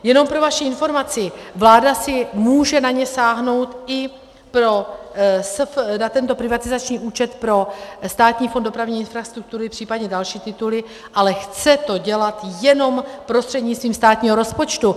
Jenom pro vaši informaci, vláda si může na ně sáhnout, na tento privatizační účet pro Státní fond dopravní infrastruktury, případně další tituly, ale chce to dělat jenom prostřednictvím státního rozpočtu.